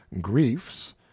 griefs